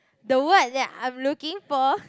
the word that I'm looking for